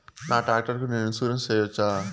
నా టాక్టర్ కు నేను ఇన్సూరెన్సు సేయొచ్చా?